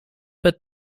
bit